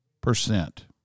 percent